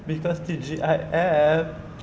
because T_G_I_F